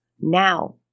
Now